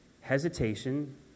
hesitation